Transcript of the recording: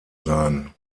sein